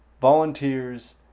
volunteers